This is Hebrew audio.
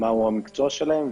מהו המקצוע שלהם.